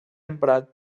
emprat